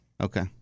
Okay